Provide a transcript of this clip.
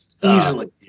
Easily